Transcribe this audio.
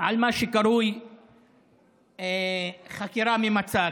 על מה שקרוי "חקירה ממצה",